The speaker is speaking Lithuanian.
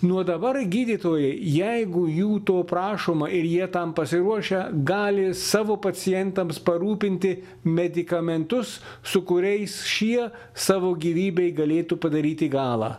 nuo dabar gydytojai jeigu jų to prašoma ir jie tam pasiruošę gali savo pacientams parūpinti medikamentus su kuriais šie savo gyvybei galėtų padaryti galą